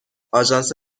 آژانس